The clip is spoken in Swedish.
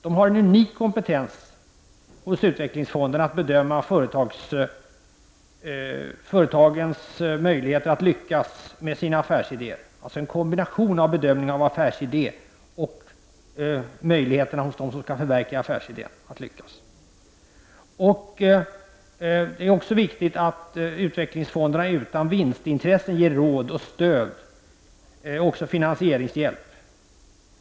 Det finns en unik kompetens hos utvecklingsfonderna att bedöma företagens möjligheter att lyckas med sina affärsidéer, dvs. en kombination av bedömning av affärsidén och en bedömning av möjligheterna för dem som skall förverkliga affärsidén att lyckas. Det är också viktigt att utvecklingsfonderna utan vinstintresse ger råd och stöd och också finansieringshjälp.